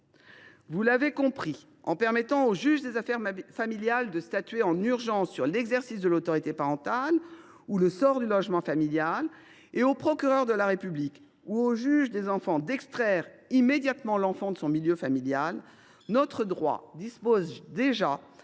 Vous l’aurez compris, en permettant au juge aux affaires familiales de statuer en urgence sur l’exercice de l’autorité parentale et le sort du logement familial, et au procureur de la République ou au juge des enfants d’extraire immédiatement l’enfant de son milieu familial, notre droit dispose déjà